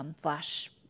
flash